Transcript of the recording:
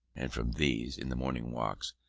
and from these in the morning walks,